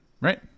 Right